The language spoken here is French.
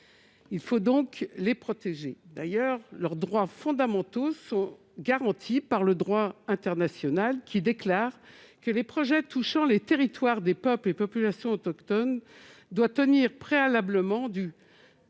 Il faut donc les protéger. D'ailleurs, leurs droits fondamentaux sont garantis par le droit international, qui dispose que les projets touchant les territoires des peuples et populations autochtones doivent recueillir préalablement